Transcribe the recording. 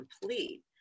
complete